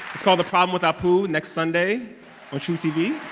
it's called the problem with apu next sunday on trutv